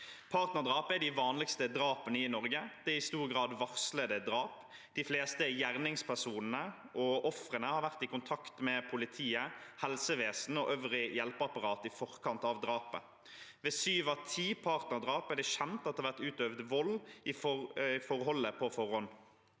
Partnerdrap er de vanligste drapene i Norge. Det er i stor grad varslede drap. De fleste gjerningspersonene og ofrene har vært i kontakt med politiet, helsevesenet og øvrig hjelpeapparat i forkant av drapet. Ved syv av ti partnerdrap er det kjent at det har vært utøvd vold i forholdet på forhånd.